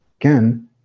again